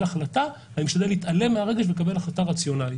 החלטה אני משתדל להתעלם מהרגש ולקבל החלטה רציונלית.